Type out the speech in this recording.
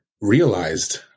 realized